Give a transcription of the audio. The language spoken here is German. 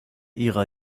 ihrer